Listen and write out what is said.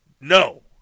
no